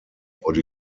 wurde